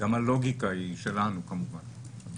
גם הלוגיקה היא שלנו כמובן.